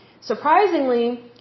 surprisingly